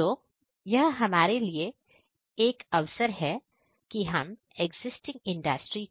तो यह हमारे लिए एक अवसर है कि हम एक्जिस्टिंग इंडस्ट्री